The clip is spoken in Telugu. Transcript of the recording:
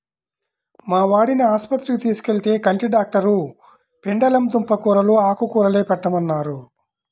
మా వాడిని ఆస్పత్రికి తీసుకెళ్తే, కంటి డాక్టరు పెండలం దుంప కూరలూ, ఆకుకూరలే పెట్టమన్నారు